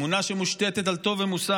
אמונה שמושתתת על טוב ומוסר.